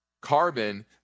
carbon